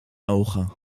ogen